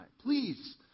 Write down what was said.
Please